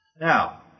Now